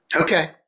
okay